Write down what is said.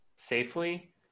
safely